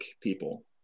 people